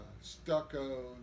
stucco